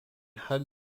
hug